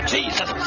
Jesus